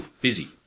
Busy